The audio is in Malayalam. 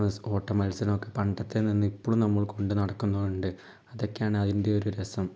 ഓട്ടമത്സരം ഒക്കെ പണ്ടത്തേൽ നിന്ന് ഇപ്പോഴും നമ്മൾ കൊണ്ടു നടക്കുന്നുണ്ട് അതൊക്കെയാണ് അതിൻ്റെ ഒരു രസം